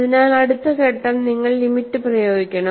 അതിനാൽ അടുത്ത ഘട്ടം നിങ്ങൾ ലിമിറ്റ് പ്രയോഗിക്കണം